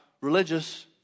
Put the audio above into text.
Religious